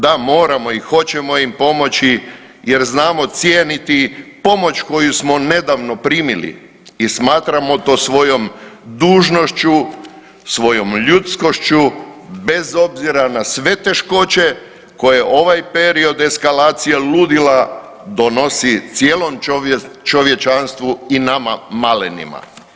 Da moramo i hoćemo ih pomoći jer znamo cijeniti pomoć koju smo nedavno primili i smatramo to svojom dužnošću, svojom ljudskošću bez obzira na sve teškoće koje ovaj period eskalacije ludila donosi cijelom čovječanstvu i nama malenima.